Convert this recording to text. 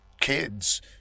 kids